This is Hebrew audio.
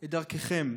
את דרככם.